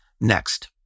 next